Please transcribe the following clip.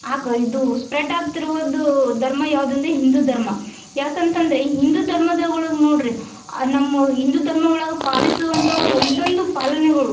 ಆಗ ಇದು ಸ್ಪ್ರೆಡ್ ಆಗ್ತಿರುವುದೂ ಧರ್ಮ ಯಾವ್ದು ಅಂದರೆ ಹಿಂದೂ ಧರ್ಮ ಯಾಕಂತಂದರೆ ಈ ಹಿಂದೂ ಧರ್ಮದ ಒಳಗೆ ನೋಡ್ರಿ ನಮ್ಮ ಹಿಂದೂ ಧರ್ಮ ಒಳಗೆ ಪಾಲಿಸುವಂಥವು ಒಂದೊಂದು ಪಾಲನೆಗಳು